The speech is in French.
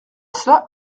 cela